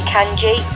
Kanji